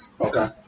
Okay